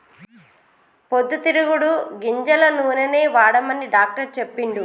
పొద్దు తిరుగుడు గింజల నూనెనే వాడమని డాక్టర్ చెప్పిండు